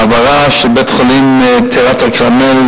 העברה של בית-החולים טירת-כרמל,